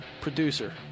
producer